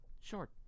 short